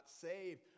saved